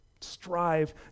strive